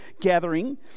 gathering